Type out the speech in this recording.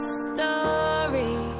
story